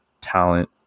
talent